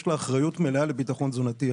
יש לה אחריות מלאה לביטחון תזונתי.